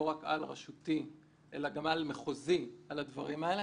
רק על רשותי אלא גם על מחוזי בדברים האלה.